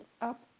up